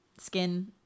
skin